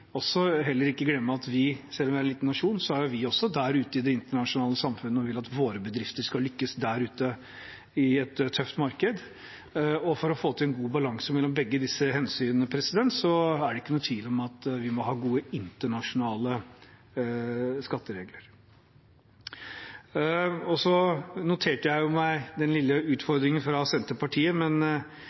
heller ikke glemme at vi, selv om vi er en liten nasjon, også er ute i det internasjonale samfunnet og vil at våre bedrifter skal lykkes der ute i et tøft marked, og for å få til en god balanse mellom begge disse hensynene er det ingen tvil om at vi må ha gode internasjonale skatteregler. Jeg noterte meg den lille utfordringen fra Senterpartiet,